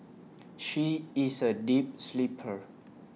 she is A deep sleeper